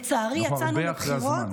לצערי יצאנו לבחירות,